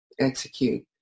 execute